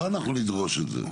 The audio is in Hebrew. לא אנחנו נדרוש את זה.